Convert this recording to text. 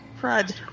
Fred